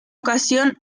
ocasión